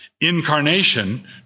incarnation